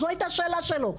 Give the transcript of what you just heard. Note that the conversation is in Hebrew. זו הייתה השאלה שלו,